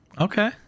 okay